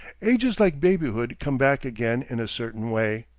age is like babyhood come back again in a certain way.